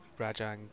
rajang